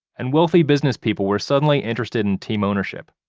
and wealthy business people were suddenly interested in team ownership.